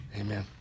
Amen